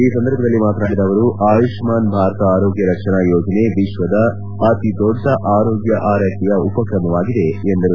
ಈ ಸಂದರ್ಭದಲ್ಲಿ ಮಾತನಾಡಿದ ಅವರು ಆಯುಷ್ನಾನ್ ಭಾರತ ಆರೋಗ್ಯ ರಕ್ಷಣಾ ಯೋಜನೆ ವಿಶ್ವದ ಅತಿ ದೊಡ್ಡ ಆರೋಗ್ಯ ಆರೈಕೆಯ ಉಪಕ್ರಮವಾಗಿದೆ ಎಂದರು